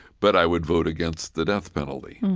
but i would vote against the death penalty.